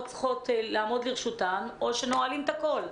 צריכים לעמוד לרשותם או שנועלים את הכול.